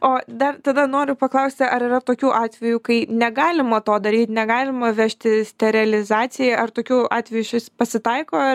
o dar tada noriu paklausti ar yra tokių atvejų kai negalima to daryt negalima vežti sterilizacijai ar tokių atvejų išvis pasitaiko